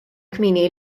kmieni